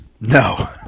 No